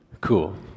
Cool